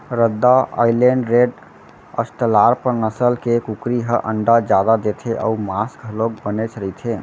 रद्दा Island Red, Australorp नसल के कुकरी ह अंडा जादा देथे अउ मांस घलोक बनेच रहिथे